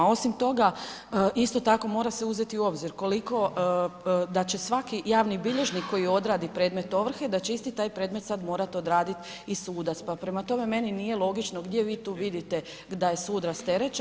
Osim toga, isto tako mora se uzeti u obzir koliko, da će svaki javni bilježnik koji odradi predmet ovrhe da će isti taj predmet sad morat odradit i sudac, pa prema tome meni nije logično gdje vi tu vidite da je sud rasterećen